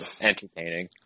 entertaining